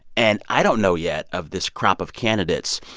and i don't know yet, of this crop of candidates,